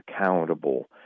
accountable